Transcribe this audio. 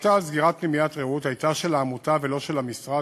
ההחלטה על סגירת פנימיית "רעות" הייתה של העמותה ולא של המשרד,